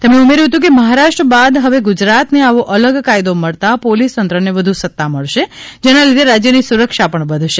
તેમણે ઉમેયુ હતુ કે મહારાષ્ટ્ર બાદ હવે ગુજરાતને આવો આલગ કાયદો મળતા પોલીસતંત્ર ને વધુ સતા મળશે જેના લીધે રાજયની સુરક્ષા પણ વધશે